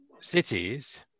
cities